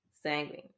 sanguine